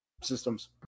systems